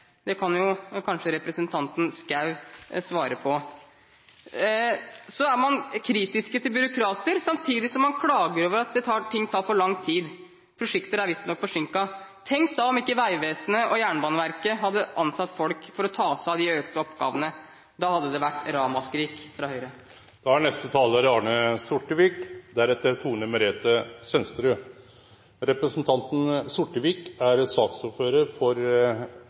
Det kan kanskje representanten Schou svare på. Så er man kritisk til byråkrater, samtidig som man klager over at ting tar for lang tid – prosjekter er visstnok forsinket. Tenk da om ikke Vegvesenet og Jernbaneverket hadde ansatt folk for å ta seg av de økte oppgavene. Da hadde det vært ramaskrik fra Høyre. Representanten Arne Sortevik er ordførar for